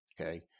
Okay